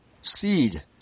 seed